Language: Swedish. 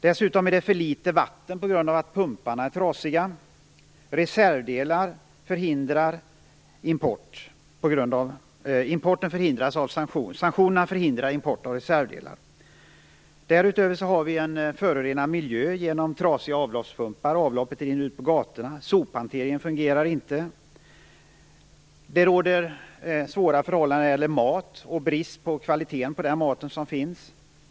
Dessutom är det för litet vatten på grund av att pumparna är trasiga. Sanktionerna förhindrar import av reservdelar. Därutöver är miljön förorenad genom trasiga avloppspumpar. Avloppet rinner ut på gatorna. Sophanteringen fungerar inte. Det råder svåra förhållanden när det gäller mat, och kvaliteten på den mat som finns är bristfällig.